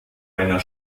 einer